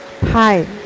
Hi